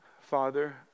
Father